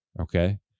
Okay